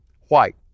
white